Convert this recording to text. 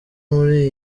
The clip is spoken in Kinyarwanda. muli